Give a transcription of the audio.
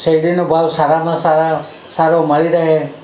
શેરડીનો ભાવ સારોમાં સારા સારો મળી રહે